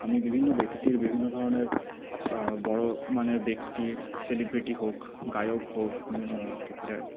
আমি বিভিন্ন ব্যাক্তির বিভিন্ন ধরনের বড়ো মানে ব্যাক্তির সেলিব্রেটি হোক গায়ক হোক তারপরে